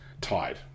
tied